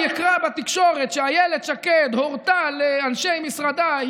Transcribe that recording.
אקרא בתקשורת שאילת שקד הורתה לאנשי משרדה,